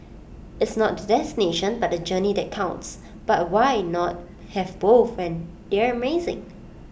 it's not the destination but the journey that counts but why not have both when they're amazing